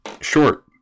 short